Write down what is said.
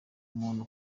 umuntu